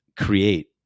create